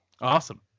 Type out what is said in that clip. Awesome